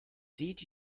did